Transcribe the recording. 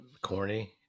corny